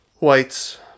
whites